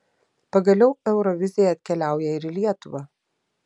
pagaliau eurovizija atkeliauja ir į lietuvą